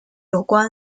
有关